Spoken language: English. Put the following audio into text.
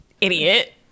idiot